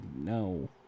No